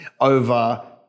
over